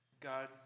God